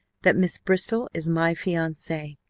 that miss bristol is my fiancee,